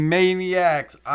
Maniacs